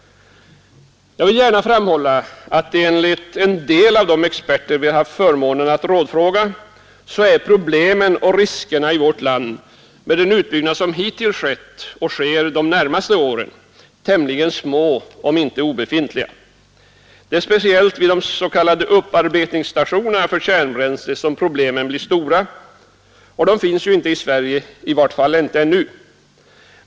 Jag vill gärna framhålla, att enligt en del av de experter vi haft förmånen att rådfråga är problemen och riskerna i vårt land — med den utbyggnad som hittills skett och sker den närmaste tiden — tämligen små om inte obefintliga. Det är speciellt vid de s.k. upparbetningsstationerna för kärnbränsle som problemen blir stora, och de finns inte i Sverige, i vart fall inte ännu.